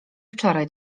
wczoraj